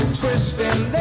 twisting